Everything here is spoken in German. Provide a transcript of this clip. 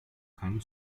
keinen